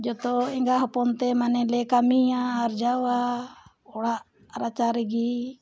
ᱡᱷᱚᱛᱚ ᱮᱸᱜᱟ ᱦᱚᱯᱚᱱ ᱛᱮ ᱢᱟᱱᱮ ᱞᱮ ᱠᱟᱢᱤᱭᱟ ᱟᱨᱡᱟᱣᱟ ᱚᱲᱟᱜ ᱨᱟᱪᱟ ᱨᱮᱜᱮ